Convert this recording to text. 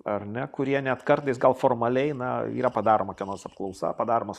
ar ne kurie net kartais gal formaliai na yra padaroma kokia nors apklausa padaromas